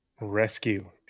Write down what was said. Rescue